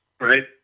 right